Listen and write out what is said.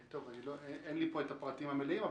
אין לי פה את הפרטים המלאים,